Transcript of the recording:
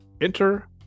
Enter